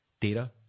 data